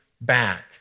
back